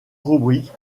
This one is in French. rubrique